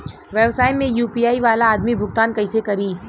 व्यवसाय में यू.पी.आई वाला आदमी भुगतान कइसे करीं?